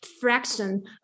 fraction